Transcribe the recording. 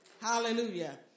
Hallelujah